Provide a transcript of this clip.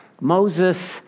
Moses